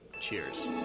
Cheers